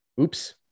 Oops